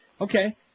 Okay